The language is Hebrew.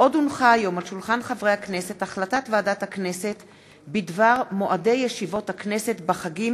הצעת חוק לתיקון פקודת בריאות העם (שירות בחירת רופא),